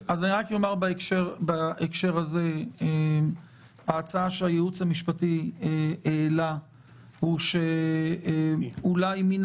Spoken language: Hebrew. בהקשר הזה ההצעה שהייעוץ המשפטי העלה היא שאולי מן